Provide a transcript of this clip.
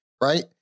right